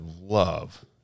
love